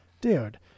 Dude